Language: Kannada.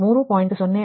6100ಅಂದರೆ 3